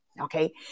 Okay